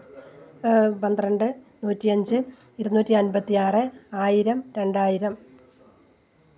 പന്ത്രണ്ട് നൂറ്റിയഞ്ച് ഇരുനൂറ്റിയന്പത്തി ആറ് ആയിരം രണ്ടായിരം